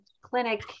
clinic